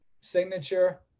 Signature